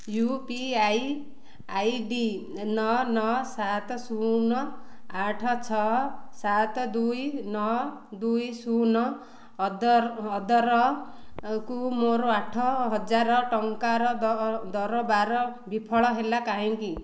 you P I I D ନଅ ନଅ ସାତ ଶୂନ ଆଠ ଛଅ ସାତ ଦୁଇ ନଅ ଦୁଇ ଶୂନ ଅଦର୍ ଅଦରକୁ ମୋର ଆଠହଜାରେ ଟଙ୍କାର ଦ ଦରବାର ବିଫଳ ହେଲା କାହିଁକି